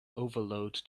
overload